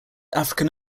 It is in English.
african